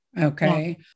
Okay